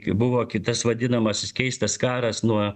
eiti buvo kitas vadinamasis keistas karas nuo